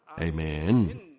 Amen